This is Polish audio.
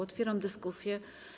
Otwieram dyskusję.